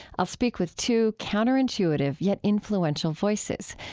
i'll speak with two counterintuitive yet influential voices.